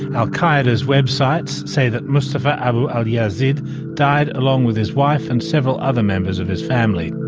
al qaeda's websites say that mustafa abu al-yazid died along with his wife and several other members of his family.